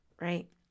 right